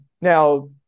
Now